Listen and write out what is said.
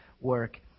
work